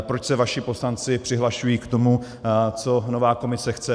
Proč se vaši poslanci přihlašují k tomu, co nová Komise chce.